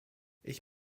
ich